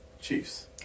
Chiefs